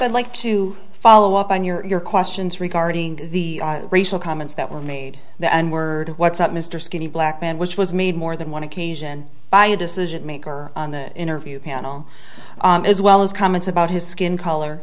i'd like to follow up on your questions regarding the racial comments that were made the n word what's up mr skinny black man which was made more than one occasion by a decision maker on the interview panel as well as comments about his skin color